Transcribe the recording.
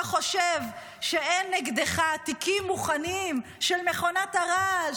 אתה חושב שאין נגדך תיקים מוכנים של מכונת הרעל,